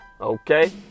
okay